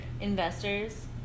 Investors